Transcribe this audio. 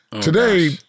today